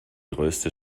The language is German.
größte